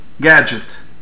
gadget